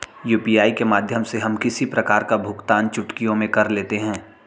UPI के माध्यम से हम किसी प्रकार का भुगतान चुटकियों में कर लेते हैं